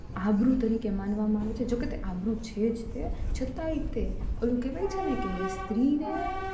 આબરૂ તરીકે માનવામાં આવે છે જોકે તે આબરૂ છે જ તે છતાંય તે પેલું કહેવાય છેને કે સ્ત્રીને